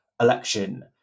election